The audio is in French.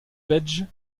page